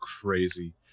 crazy